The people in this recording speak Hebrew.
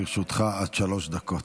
לרשותך עד שלוש דקות.